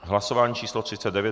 Hlasování číslo 39.